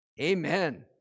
Amen